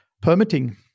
permitting